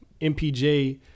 MPJ